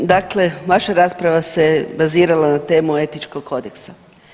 Dakle, vaša rasprava se bazirala na temu etičkog kodeksa.